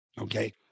Okay